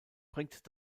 bringt